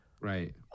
right